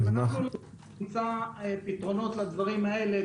אם נמצא פתרונות לדברים האלה,